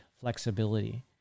flexibility